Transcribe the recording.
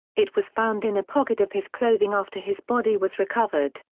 it was found in a pocket of his clothing after his body was recovered.